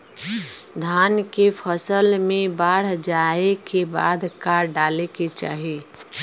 धान के फ़सल मे बाढ़ जाऐं के बाद का डाले के चाही?